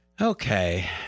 Okay